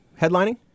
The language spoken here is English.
headlining